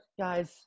guys